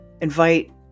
invite